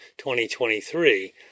2023